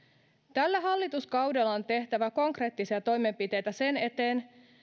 tällä hallituskaudella on tehtävä konkreettisia toimenpiteitä sen eteen